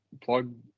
plug